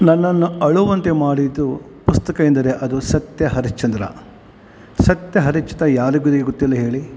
ನನ್ನನ್ನು ಅಳುವಂತೆ ಮಾಡಿದ್ದು ಪುಸ್ತಕ ಎಂದರೆ ಅದು ಸತ್ಯ ಹರಿಶ್ಚಂದ್ರ ಸತ್ಯ ಹರಿಚ್ಚಿತ ಯಾರಿಗೆ ಗೊತ್ತಿಲ್ಲ ಹೇಳಿ